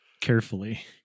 Carefully